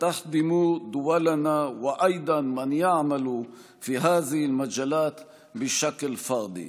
היום יפתח בפנינו הזדמנות כבירה לפעול במשותף למען תושבי מדינותינו.